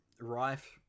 rife